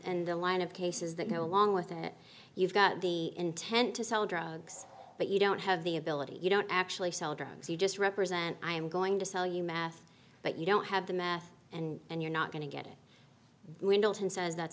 and the line of cases that go along with it you've got the intent to sell drugs but you don't have the ability you don't actually sell drugs you just represent i am going to sell you math but you don't have the math and you're not going to get it windows and says that's